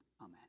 Amen